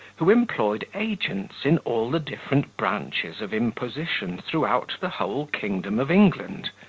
who employed agents in all the different branches of imposition throughout the whole kingdom of england,